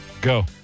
Go